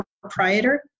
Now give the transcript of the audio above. proprietor